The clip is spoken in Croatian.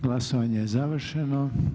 Glasovanje je završeno.